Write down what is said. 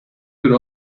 could